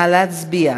נא להצביע.